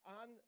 on